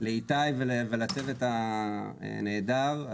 לאיתי ולצוות הנהדר.